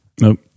nope